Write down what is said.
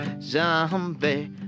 zombie